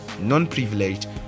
non-privileged